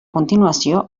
continuació